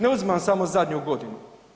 Ne uzimam samo zadnju godinu.